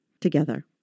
together